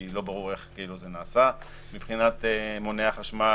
כי לא ברור איך זה נעשה מבחינת מונה החשמל,